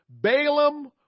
Balaam